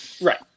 Right